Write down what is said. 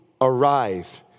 arise